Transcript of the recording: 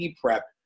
prep